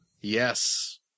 Yes